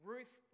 Ruth